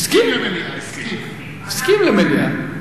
הסכים למליאה.